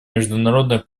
международной